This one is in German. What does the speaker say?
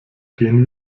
gehen